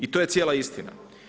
I to je cijela istina.